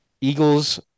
Eagles